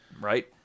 Right